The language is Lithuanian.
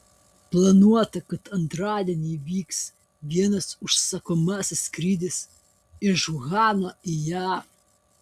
planuota kad antradienį įvyks vienas užsakomasis skrydis iš uhano į jav